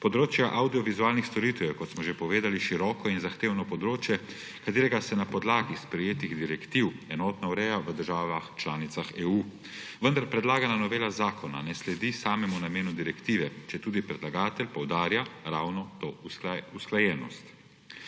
Področje avdiovizualnih storitev je, kot smo že povedali, široko in zahtevno področje, ki se na podlagi sprejetih direktiv enotno ureja v državah članicah EU. Vendar predlagana novela zakona ne sledi samemu namenu direktive, četudi predlagatelj poudarja ravno to usklajenost.